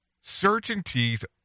Certainties